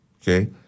Okay